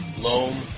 loam